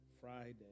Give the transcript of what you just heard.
Friday